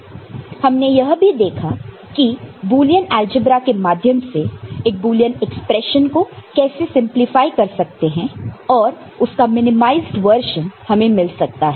हमने यह भी देखा कि बुलियन अलजेब्रा के माध्यम से एक बुलियन एक्सप्रेशन को कैसे सिंपलीफाई कर सकते हैं और उसका मिनिमाइजड वर्जन हमें मिल सकता है